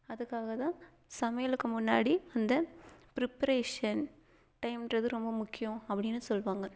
அதுக்காகதான் சமையலுக்கு முன்னாடி அந்த ப்ரிப்பரேஷன் டைம்ன்றது ரொம்ப முக்கியம் அப்படின்னு சொல்லுவாங்க